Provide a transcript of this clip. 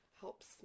helps